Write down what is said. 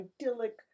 idyllic